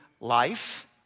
life